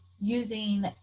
using